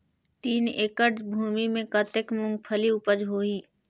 तीन एकड़ भूमि मे कतेक मुंगफली उपज होही?